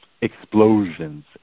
explosions